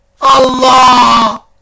Allah